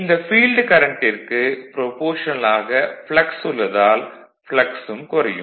இந்த ஃபீல்டு கரண்ட்டிற்கு ப்ரபோஷனல் ஆக ப்ளக்ஸ் உள்ளதால் ப்ளக்ஸ் ம் குறையும்